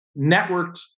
networked